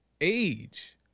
age